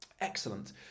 excellent